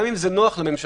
גם אם זה נוח לממשלה,